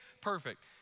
perfect